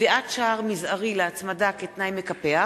(קביעת שער מזערי להצמדה כתנאי מקפח),